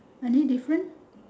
any different